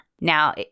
Now